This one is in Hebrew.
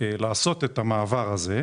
לעשות את המעבר הזה,